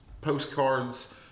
postcards